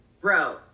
bro